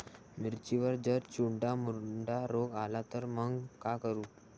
मिर्चीवर जर चुर्डा मुर्डा रोग आला त मंग का करू?